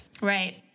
right